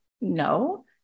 No